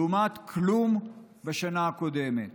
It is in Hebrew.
לעומת כלום בשנה הקודמת,